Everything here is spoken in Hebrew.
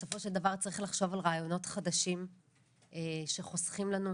בסופו של דבר צריך לחשוב על רעיונות חדשים שחוסכים לנו,